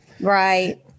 Right